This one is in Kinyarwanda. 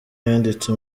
yanditse